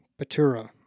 Batura